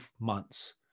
months